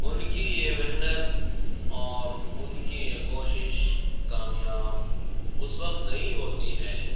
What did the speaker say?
ان کی یہ محنت اور ان کی یہ کوشش کامیاب اس وقت نہیں ہوتی ہے